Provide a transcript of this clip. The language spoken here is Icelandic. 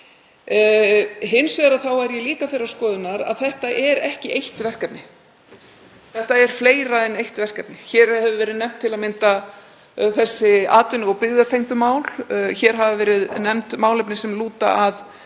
Hins vegar er ég líka þeirrar skoðunar að þetta er ekki eitt verkefni, þetta er fleira en eitt verkefni. Hér hafa til að mynda verið nefnd þessi atvinnu- og byggðatengdu mál. Hér hafa verið nefnd málefni sem lúta að